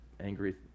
angry